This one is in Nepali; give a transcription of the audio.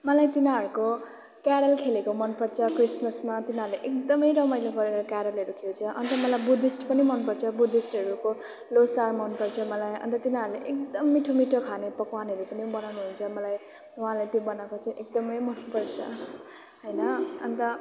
मलाई तिनीहरूको क्यारल खेलेको मनपर्छ क्रिसमसमा तिनीहरूले एकदमै रमाइलो गरेर क्यारलहरू खेल्छ अन्त मलाई बुद्धिस्ट पनि मनपर्छ बुद्धिस्टहरूको ल्होसार मनपर्छ मलाई अन्त तिनीहरूले एकदम मिठो मिठो खाने पकवानहरू पनि बनाउनु हुन्छ मलाई उहाँलाई त्यो बनाएको चाहिँ एकदमै मनपर्छ होइन अन्त